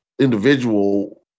individual